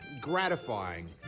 gratifying